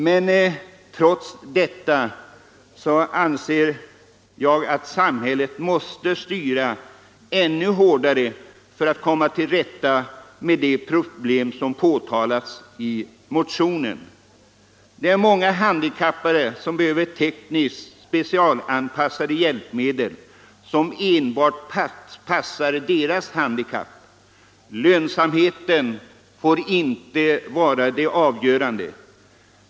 Men trots detta anser jag att samhället måste styra utvecklingen ännu hårdare för att komma till rätta med de problem som påtalats i motionen. Det är många handikappade som behöver tekniskt specialanpassade hjälpmedel för just deras handikapp. Lönsamheten får inte vara det avgörande.